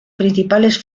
principales